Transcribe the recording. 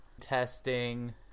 Testing